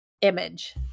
image